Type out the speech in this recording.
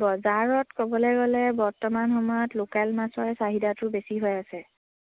বজাৰত ক'বলৈ গ'লে বৰ্তমান সময়ত লোকেল মাছৰ চাহিদাটো বেছি হৈ আছে